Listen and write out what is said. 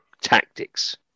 Tactics